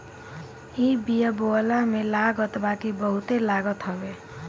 इ बिया बोअला में लागत बाकी बहुते लागत हवे